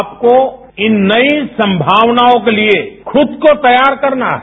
आपको इन नई संभावनाओं के लिए खुद को तैयार करना है